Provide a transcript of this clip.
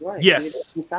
Yes